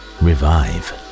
revive